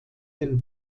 den